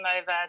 over